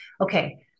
okay